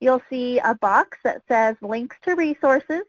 you'll see a box that says links to resources